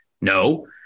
No